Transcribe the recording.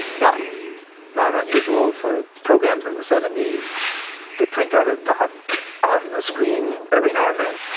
dots not unusual for programs in the seventy s to print out a dot on the screen every now and then,